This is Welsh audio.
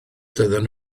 doedden